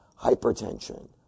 Hypertension